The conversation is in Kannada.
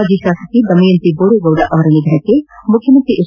ಮಾಜಿ ಶಾಸಕಿ ದಮಯಂತಿ ಬೋರೇಗೌಡ ಅವರ ನಿಧನಕ್ಕೆ ಮುಖ್ಯಮಂತ್ರಿ ಎಚ್